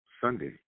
Sunday